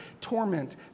torment